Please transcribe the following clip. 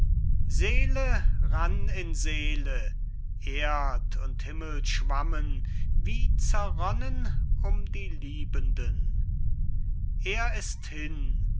seele rann in seele erd und himmel schwammen wie zerronnen um die liebenden er ist hin